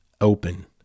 open